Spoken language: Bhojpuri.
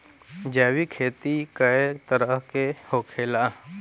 जैविक खेती कए तरह के होखेला?